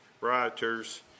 rioters